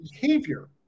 behavior